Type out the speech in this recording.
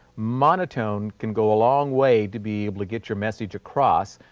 monotone can go a long way to be able to get your message across.